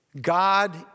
God